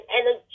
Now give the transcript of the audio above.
energy